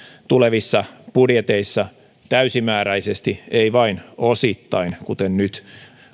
tulevissa budjeteissa täysimääräisesti ei vain osittain kuten nyt